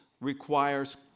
requires